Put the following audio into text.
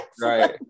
Right